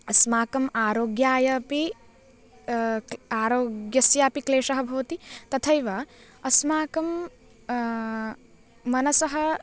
अस्माकम् आरोग्याय अपि आरोग्यस्यापि क्लेशः भवति तथैव अस्माकं मनसः